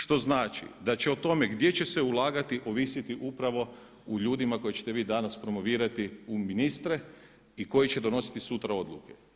Što znači da će o tome gdje će se ulagati ovisiti upravo u ljudima koje ćete vi danas promovirati u ministre i koji će donositi sutra odluke.